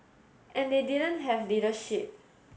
and they didn't have leadership